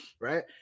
right